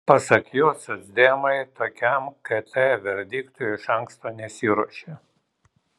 pasak jo socdemai tokiam kt verdiktui iš anksto nesiruošė